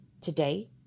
today